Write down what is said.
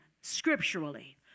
scripturally